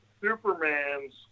Superman's